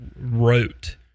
wrote